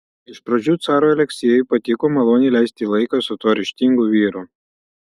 iš pradžių carui aleksejui patiko maloniai leisti laiką su tuo ryžtingu vyru